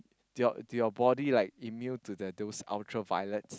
do your do your body like immune to like those ultraviolet